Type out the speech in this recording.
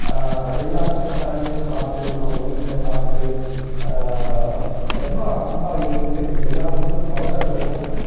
எல்லா சொந்தக்காரங்களையும் பார்த்து அவங்க வீட்டில் சாப்பிட்டு ரொம்ப அன்பாக இருந்து எல்லாருக்கூடைவும் பழகுறதுக்கும்